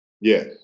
Yes